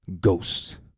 ghosts